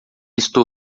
estou